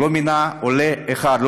הוא לא מינה עולה אחד,